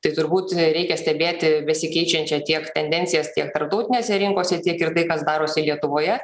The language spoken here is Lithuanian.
tai turbūt reikia stebėti besikeičiančią tiek tendencijas tiek tarptautinėse rinkose tiek ir tai kas darosi lietuvoje